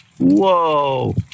Whoa